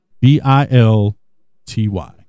B-I-L-T-Y